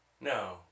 No